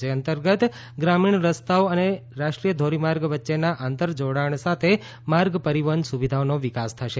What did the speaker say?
જે અંતર્ગત ગ્રામીણ રસ્તાઓ અને રાષ્ટ્રીય ધોરીમાર્ગ વચ્ચેના આંતર જોડાણ સાથે માર્ગ પરીવહન સુવિધાઓનો વિકાસ થશે